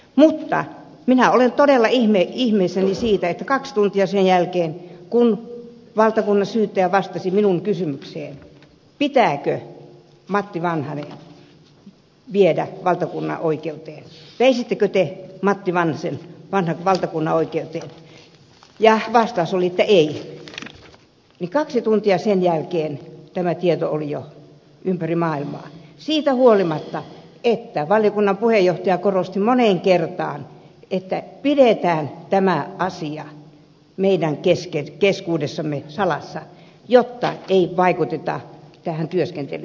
mutta minä olen todella ihmeissäni siitä että kaksi tuntia sen jälkeen kun valtakunnansyyttäjä vastasi minun kysymykseeni pitääkö matti vanhanen viedä valtakunnanoikeuteen veisittekö te matti vanhasen valtakunnanoikeuteen ja vastaus oli ei tämä tieto oli jo ympäri maailmaa siitä huolimatta että valiokunnan puheenjohtaja korosti moneen kertaan että pidetään tämä asia meidän keskuudessamme salassa jotta ei vaikuteta valiokunnan työskentelyyn